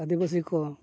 ᱟᱹᱫᱤᱵᱟᱹᱥᱤ ᱠᱚ